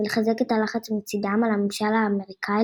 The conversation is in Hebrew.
ולחזק את הלחץ מצדם על הממשל האמריקאי